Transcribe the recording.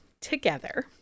together